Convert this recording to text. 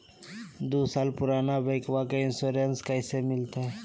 दू साल पुराना बाइकबा के इंसोरेंसबा कैसे मिलते?